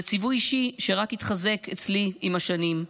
זה ציווי אישי שרק התחזק אצלי עם השנים,